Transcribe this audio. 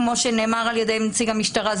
כמו שנאמר ע"י נציג המשטרה,